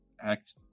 act